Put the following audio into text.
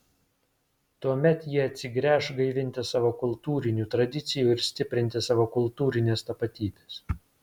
tuomet jie atsigręš gaivinti savo kultūrinių tradicijų ir stiprinti savo kultūrinės tapatybės